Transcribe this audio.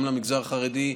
גם למגזר החרדי,